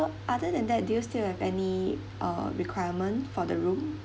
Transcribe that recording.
other than that do you still have any uh requirement for the room